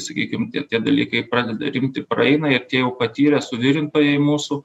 sakykim tie tie dalykai pradeda rimti praeina ir tie jau patyrę suvirintojai mūsų